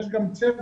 יש גם צוות